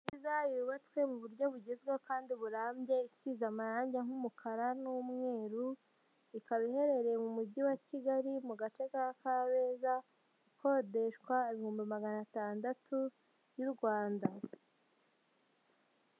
Inzu nziza yubatswe mu buryo bugezweho kandi burambye, isize amarangi nk'umukara n'umweru, ikaba iherereye mu mujyi wa Kigali mu gace ka Kabeza, ikodeshwa ibihumbi magana atandatu y'u Rwanda.